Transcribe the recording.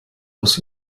aus